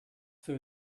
food